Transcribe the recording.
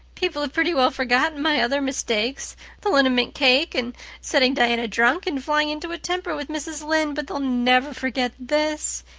people have pretty well forgotten my other mistakes the liniment cake and setting diana drunk and flying into a temper with mrs. lynde. but they'll never forget this.